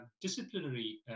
disciplinary